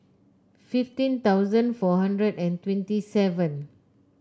fifteen thousand four hundred and twenty seven